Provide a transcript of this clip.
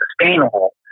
sustainable